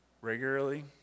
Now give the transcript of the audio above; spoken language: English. Regularly